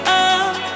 up